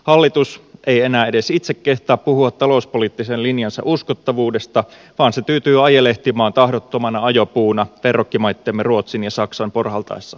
hallitus ei enää edes itse kehtaa puhua talouspoliittisen linjansa uskottavuudesta vaan se tyytyy ajelehtimaan tahdottomana ajopuuna verrokkimaittemme ruotsin ja saksan porhaltaessa eteenpäin